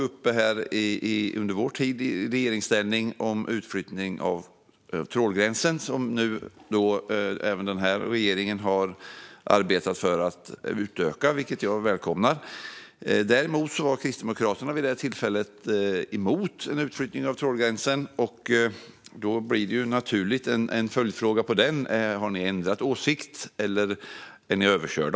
Under vår tid i regeringsställning hade vi ett förslag om utflyttning av trålgränsen. Nu har även denna regering arbetat för detta, vilket jag välkomnar. Däremot var Kristdemokraterna vid det tidigare tillfället emot en utflyttning av trålgränsen. Då blir den naturliga följdfrågan: Har ni ändrat åsikt, eller är ni överkörda?